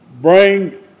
Bring